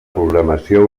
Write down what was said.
programació